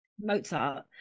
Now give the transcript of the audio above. mozart